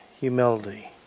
humility